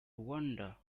wonder